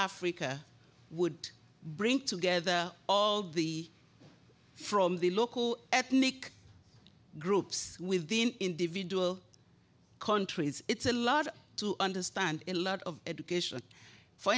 africa would bring together all the from the local ethnic groups within individual countries it's a lot to understand a lot of education for